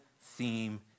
theme